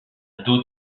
dos